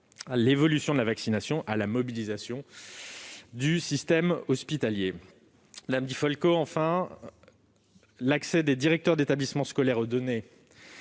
l'évolution de la vaccination et la mobilisation du système hospitalier. Madame Di Folco, l'accès des directeurs d'établissement scolaire aux données